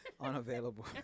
unavailable